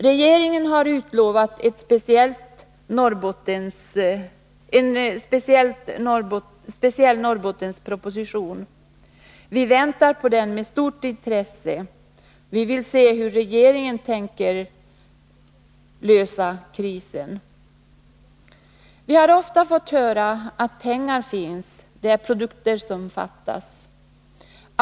Regeringen har utlovat en speciell Norrbottensproposition. Vi väntar på den med stort intresse. Vi vill se hur regeringen tänker lösa krisen. Vi har ofta fått höra att pengar finns — det är produkter som saknas.